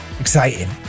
exciting